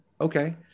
okay